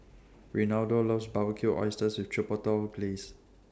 Reynaldo loves Barbecued Oysters with Chipotle Glaze